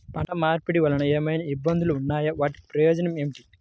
పంట మార్పిడి వలన ఏమయినా ఇబ్బందులు ఉన్నాయా వాటి ప్రయోజనం ఏంటి?